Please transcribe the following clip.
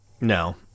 No